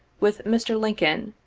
with mr. lincoln,